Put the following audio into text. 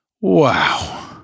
Wow